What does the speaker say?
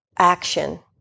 Action